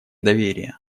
доверие